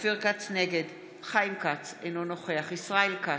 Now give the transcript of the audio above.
נגד חיים כץ, אינו נוכח ישראל כץ,